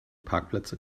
parkplätze